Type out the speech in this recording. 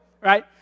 Right